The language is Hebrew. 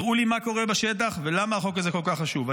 הראו לי מה קורה בשטח ולמה החוק הזה כל כך חשוב.